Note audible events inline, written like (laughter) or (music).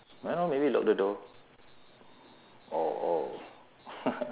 ah maybe lock the door oh oh (laughs)